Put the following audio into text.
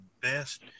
best